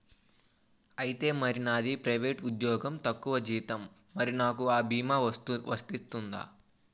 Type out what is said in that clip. ఐతే మరి నాది ప్రైవేట్ ఉద్యోగం తక్కువ జీతం మరి నాకు అ భీమా వర్తిస్తుందా?